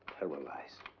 paralyzed,